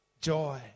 joy